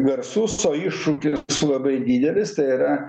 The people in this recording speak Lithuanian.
garsus o iššūkis labai didelis tai yra